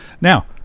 now